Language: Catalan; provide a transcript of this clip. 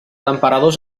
emperadors